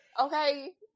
okay